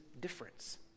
difference